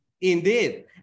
indeed